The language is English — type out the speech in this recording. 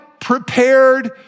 prepared